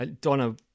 Donna